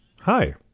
Hi